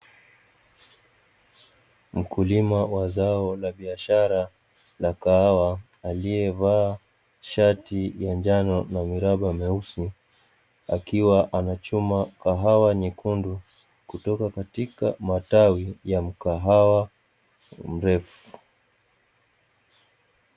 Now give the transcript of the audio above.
Mkulima wa zao la biashara la kahawa, aliyevaa shati ya njano lenye miraba meusi, akiwa anachuma kahawa nyekundu kutoka katika matawi ya mkahawa mrefu.